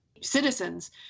citizens